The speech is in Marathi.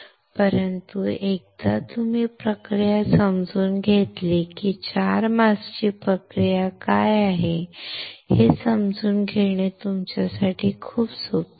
परंतु एकदा तुम्ही प्रक्रिया समजून घेतली की 4 मास्कची प्रक्रिया काय आहे हे समजून घेणे तुमच्यासाठी खूप सोपे आहे